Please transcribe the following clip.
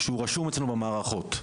שרשום אצלנו במערכות.